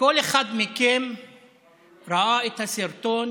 כל אחד מכם ראה את הסרטון